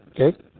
Okay